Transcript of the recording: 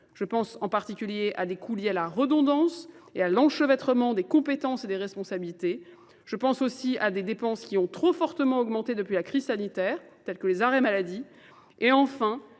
Je pense en particulier à des coûts liés à la redondance et à l'enchevêtrement des compétences et des responsabilités. Je pense aussi à des dépenses qui ont trop fortement augmenté depuis la crise sanitaire, telles que les arrêts maladies. Et enfin,